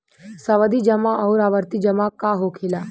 सावधि जमा आउर आवर्ती जमा का होखेला?